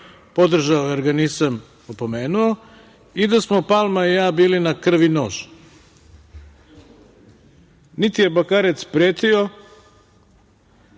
podržao jer ga nisam opomenuo i da smo Palma i ja bili na krv i nož. Niti je Bakarec pretio,